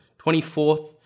24th